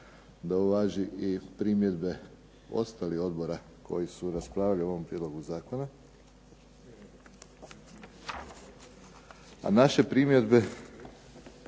da uvaži i primjedbe ostalih odbora koji su raspravljali o ovom prijedlogu zakona, a naše primjedbe,